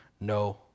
no